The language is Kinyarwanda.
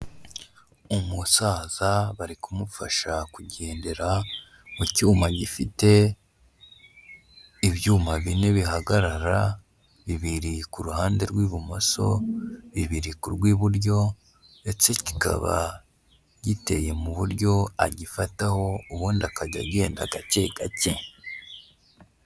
Umusaza bari kumufasha kugendera mu cyuma gifite ibyuma bine bihagarara, bibiri ku ruhande rw'ibumoso, bibiri ku rw'iburyo ndetse kikaba giteye mu buryo agifataho, ubundi akajya agenda gake gake.